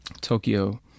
Tokyo